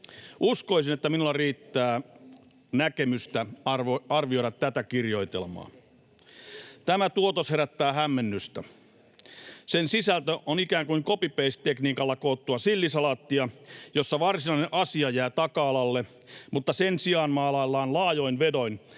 Uskoisin, että minulla riittää näkemystä arvioida tätä kirjoitelmaa. Tämä tuotos herättää hämmennystä. Sen sisältö on ikään kuin copy-paste-tekniikalla koottua sillisalaattia, jossa varsinainen asia jää taka-alalle mutta jossa sen sijaan maalaillaan laajoin vedoin